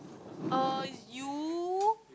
uh is you